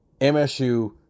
MSU